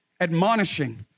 admonishing